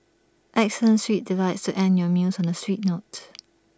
excellent sweet delights to end your meals on A sweet note